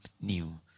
new